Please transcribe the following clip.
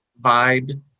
vibe